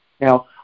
Now